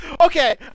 Okay